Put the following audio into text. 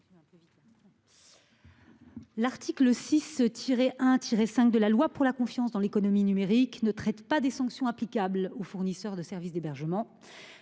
L'article 6-1-5 de la loi pour la confiance dans l'économie numérique ne traite pas des sanctions applicables aux fournisseurs de services d'hébergement,